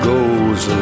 Goes